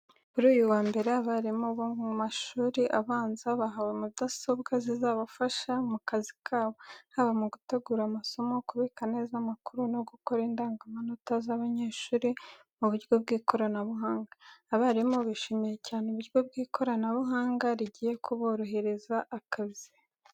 Kuri uyu wa mbere abarimu bo mu mashuri abanza bahawe mudasobwa zizabafasha mu kazi kabo, haba mu gutegura amasomo, kubika neza amakuru no gukora indangamanota z’abanyeshuri mu buryo bw’ikoranabuhanga. Abarimu bishimiye cyane uburyo ikoranabuhanga rigiye kuborohereza akazi.